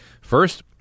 First